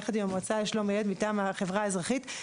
יחד עם המועצה לשלום הילד מטעם החברה האזרחית,